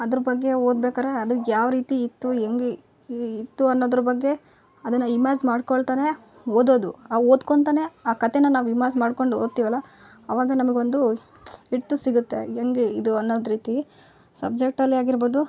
ಅದ್ರ ಬಗ್ಗೆ ಓದ್ಬೇಕರೆ ಅದು ಯಾವರೀತಿ ಇತ್ತು ಹೆಂಗೆ ಇತ್ತುಅನ್ನೋದ್ರು ಬಗ್ಗೆ ಅದನ ಇಮ್ಯಾಜ್ ಮಾಡಿಕೊಳ್ತಾನೆ ಓದೋದು ಆ ಓದ್ಕೊತನೆ ಆ ಕತೆ ನಾವು ಇಮಾಜ್ ಮಾಡಿಕೊಂಡು ಓದ್ತಿವಲ್ಲ ಅವಾಗ ನಮಗೊಂದು ಹಿಡ್ತ ಸಿಗುತ್ತೆ ಹೆಂಗೆ ಇದು ಅನ್ನೋದ್ರಿತಿ ಸಬ್ಜೆಕ್ಟಲ್ಲಿ ಆಗಿರ್ಬೌದು